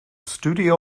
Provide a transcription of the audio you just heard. studio